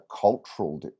cultural